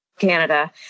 Canada